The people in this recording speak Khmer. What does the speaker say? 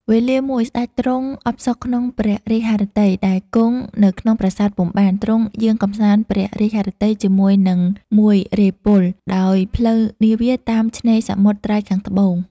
វេលាមួយ សេ្តចទ្រង់អផ្សុកក្នុងព្រះរាជហឫទ័យដែលគង់នៅក្នុងប្រាសាទពុំបាន ទ្រង់យាងកម្សាន្តព្រះរាជហឫទ័យជាមួយនឹងមួយរេហ៍ពល ដោយផ្លូវនាវា តាមឆេ្នរសមុទ្រត្រើយខាងត្បូង។